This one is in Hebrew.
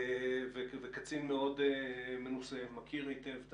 וקצין מאוד מנוסה ומכיר היטב.